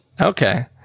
Okay